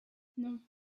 non